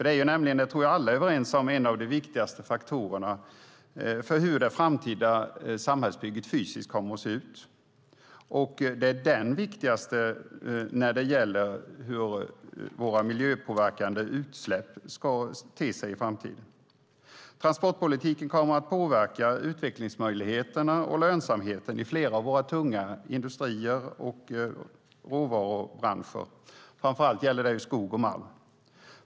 Det är ju nämligen - det tror jag alla är överens om - en av de viktigaste faktorerna för hur det framtida samhällsbygget kommer att se ut fysiskt, och det är den viktigaste faktorn när det gäller hur våra miljöpåverkande utsläpp ter sig i framtiden. Transportpolitiken kommer att påverka utvecklingsmöjligheterna och lönsamheten i flera av våra tunga industri och råvarubranscher. Framför allt gäller det skog och malm.